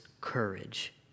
courage